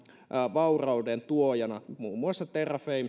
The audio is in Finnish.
vaurauden tuojana muun muassa terrafame